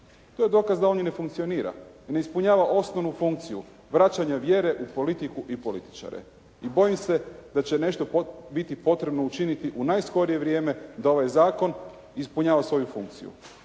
To je dokaz da on ni ne funkcionira i ne ispunjava osnovnu funkciju, vraćanja vjere u politiku i političare i bojim se da će nešto biti potrebno učiniti u najskorije vrijeme da ovaj zakon ispunjava svoju funkciju,